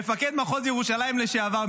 מפקד מחוז ירושלים לשעבר,